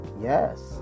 yes